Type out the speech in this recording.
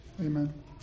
Amen